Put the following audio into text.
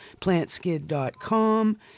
plantskid.com